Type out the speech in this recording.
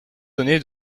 donné